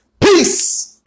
Peace